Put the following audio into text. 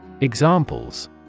Examples